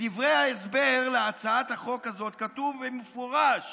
בדברי ההסבר להצעת החוק הזאת כתוב במפורש